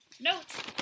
Notes